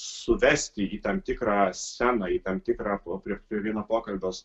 suvesti į tam tikrą sceną į tam tikrą prie vieno pokalbio